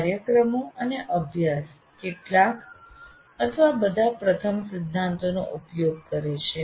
કાર્યક્રમો અને અભ્યાસ કેટલાક અથવા બધા પ્રથમ સિદ્ધાંતોનો ઉપયોગ કરે છે